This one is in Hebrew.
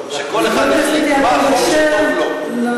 שכל אחד יחליט מה החוק שטוב לו.